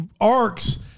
arcs